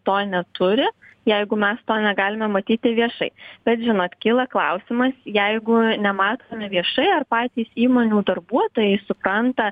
to neturi jeigu mes to negalime matyti viešai bet žinot kyla klausimas jeigu nematome viešai ar patys įmonių darbuotojai supranta